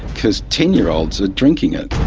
because ten year olds are drinking it.